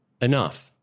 enough